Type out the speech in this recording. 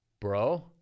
Bro